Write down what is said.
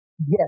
yes